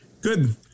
Good